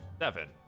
seven